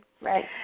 Right